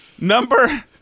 Number